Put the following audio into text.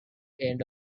end